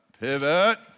pivot